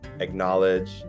acknowledge